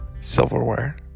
silverware